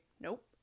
nope